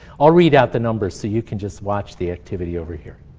i'll read out the numbers so you can just watch the activity over here.